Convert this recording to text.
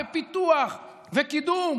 פיתוח וקידום,